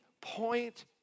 point